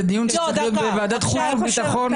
זה דיון שצריך להיות בוועדת חוץ וביטחון.